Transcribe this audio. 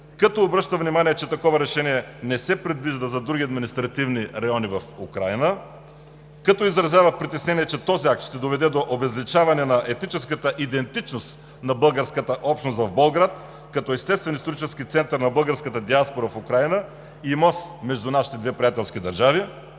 като обръща внимание, че такова решение не се предвижда за други административни райони в Украйна; - като изразява притеснение, че този акт ще доведе до обезличаване на етническата идентичност на българската общност в Болград като естествен исторически център на българската диаспора е Украйна и мост между нашите две приятелски държави;